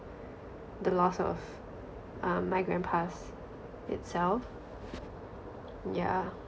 the loss of um my grandpas itself yeah